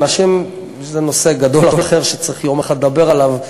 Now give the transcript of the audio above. זה נושא גדול אחר שצריך יום אחד לדבר עליו,